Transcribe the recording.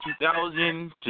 2000